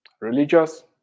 religious